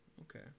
Okay